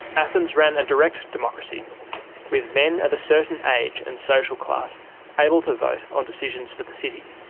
athens ran a direct democracy with men of a certain age and social class able to vote on decisions for the city.